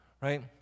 right